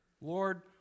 Lord